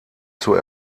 zur